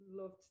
loved